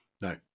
No